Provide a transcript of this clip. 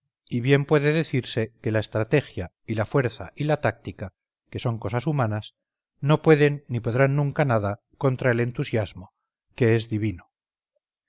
y bien puede decirse que la estrategia y la fuerza y la táctica que son cosas humanas no pueden ni podrán nunca nada contra el entusiasmo que es divino